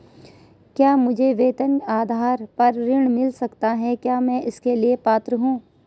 क्या मुझे वेतन के आधार पर ऋण मिल सकता है क्या मैं इसके लिए पात्र हूँ?